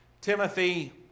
Timothy